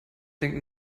denkt